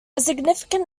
significant